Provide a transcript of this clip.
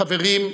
חברים,